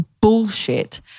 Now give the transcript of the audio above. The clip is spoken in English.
bullshit